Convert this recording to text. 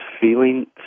feeling